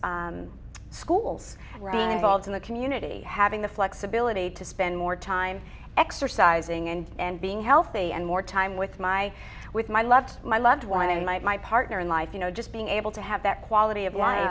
schools reinvolved in the community having the flexibility to spend more time exercising and and being healthy and more time with my with my love my loved one and my my partner in life you know just being able to have that quality of life